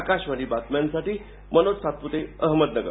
आकाशवाणीच्या बातम्यांसाठी मनोज सातपूते अहमदनगर